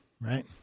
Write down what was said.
right